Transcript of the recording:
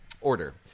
order